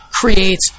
creates